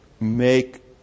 make